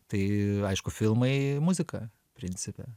tai aišku filmai muzika principe